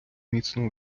міцно